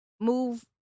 move